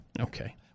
Okay